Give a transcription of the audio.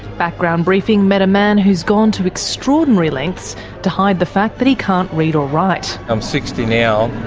background briefing met a man who has gone to extraordinary lengths to hide the fact but he can't read or write. i'm sixty now.